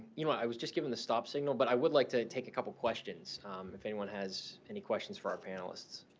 you know, i was just given to stop signal, but i would like to take a couple of questions if anyone has any questions for our panelists.